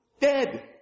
dead